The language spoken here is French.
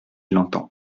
l’entend